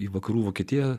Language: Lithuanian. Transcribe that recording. į vakarų vokietiją